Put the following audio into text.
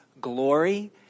glory